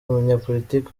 umunyapolitiki